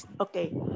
Okay